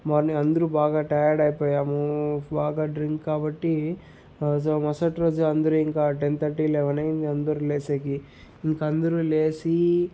morning అందరూ బాగా tired అయిపోయాము బాగా డ్రింక్ కాబట్టి సో మరుసటి రోజు అందరు ఇంక టెన్ థర్టీ లెవన్ అయింది అందరు లేసేకి ఇంక అందరు లేచి